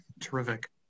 Terrific